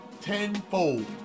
tenfold